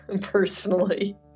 personally